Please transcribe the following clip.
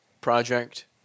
project